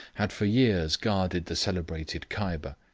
had for years guarded the celebrated kyber.